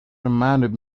reminded